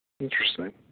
Interesting